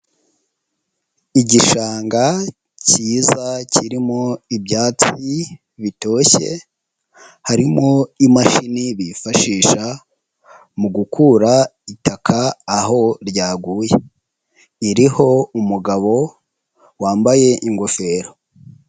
Igishanga cyiza kirimo ibyatsi bitoshye, harimo imashini bifashisha mu gukura itaka aho ryaguye, iriho umugabo wambaye ingofero.